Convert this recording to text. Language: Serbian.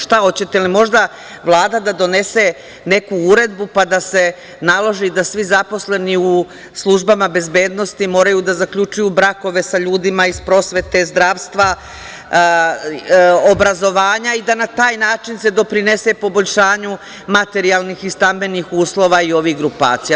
Šta, hoćete li možda Vlada da donese neku uredbu pa da se naloži da svi zaposleni u službama bezbednosti moraju da zaključuju brakove sa ljudima iz prosvete, zdravstva, obrazovanja i da na taj način se doprinese poboljšanju materijalnih i stambenih uslova i ovih grupacija?